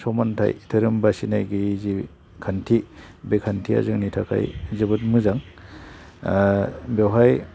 समान्थाइ धोरोम बासिनाय गैयै जि खान्थि बे खान्थिया जोंनि थाखाय जोबोद मोजां बेवहाय